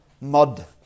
mud